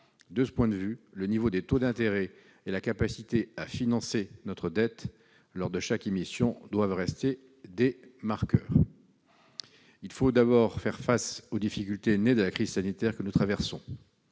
De ce point de vue, le niveau des taux d'intérêt et la capacité à financer notre dette lors de chaque émission doivent rester des marqueurs. Il faut d'abord faire face aux difficultés nées de la crise sanitaire que nous traversons.